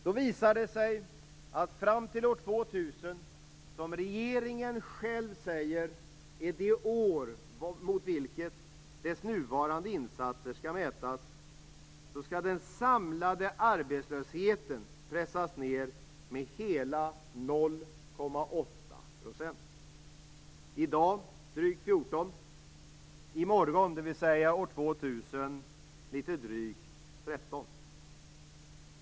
Det visar sig då att fram till år 2000 - som regeringen själv säger är det år mot vilket dess nuvarande insatser skall mätas - skall den samlade arbetslösheten pressas ned med hela 0,8 %. I dag är den drygt 14 %, och i morgon, dvs. år 2000, är den litet drygt 13 %.